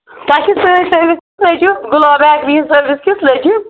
تۄہہِ چھِ سٲنۍ سٔروِس کژھھ لٔجِو گُلاب بیکری ہِنٛز سٔروِس کِژھ لٔجِو